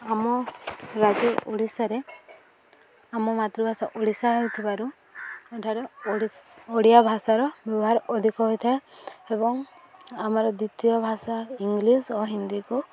ଆମ ରାଜ୍ୟ ଓଡ଼ିଶାରେ ଆମ ମାତୃଭାଷା ଓଡ଼ିଶା ହେଉଥିବାରୁ ଏଠାରେ ଓଡ଼ିଶ ଓଡ଼ିଆ ଭାଷାର ବ୍ୟବହାର ଅଧିକ ହୋଇଥାଏ ଏବଂ ଆମର ଦ୍ୱିତୀୟ ଭାଷା ଇଂଲିଶ ଓ ହିନ୍ଦୀକୁ